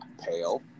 pale